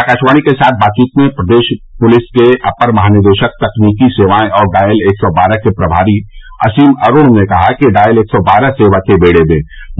आकाशवाणी के साथ बातचीत में प्रदेश पुलिस के अपर महानिदेशक तकनीकी सेवाएं और डायल एक सौ बारह के प्रमारी असीम अरुण ने कहा कि डायल एक सौ बारह सेवा के बेड़े में